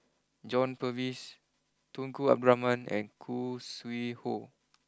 John Purvis Tunku Abdul Rahman and Khoo Sui Hoe